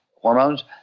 hormones